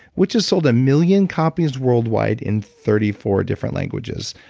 which has sold a million copies worldwide in thirty four different languages.